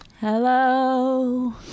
Hello